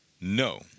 No